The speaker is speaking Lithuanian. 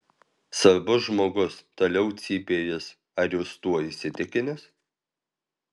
svarbus žmogus toliau cypė jis ar jūs tuo įsitikinęs